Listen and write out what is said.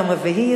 יום רביעי,